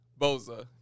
Boza